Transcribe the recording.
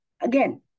Again